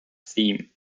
theme